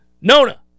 nona